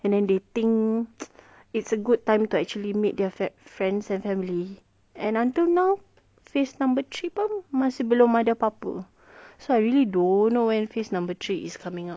and then they think it's a good time to actually meet their friends and family and until now phase number three pun masih belum ada apa-apa so I really don't know when phase number three is coming up